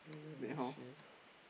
then how